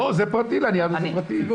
לא, לניאדו זה פרטי.